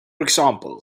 example